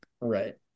Right